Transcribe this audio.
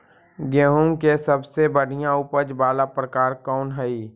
गेंहूम के सबसे बढ़िया उपज वाला प्रकार कौन हई?